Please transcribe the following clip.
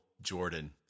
Jordan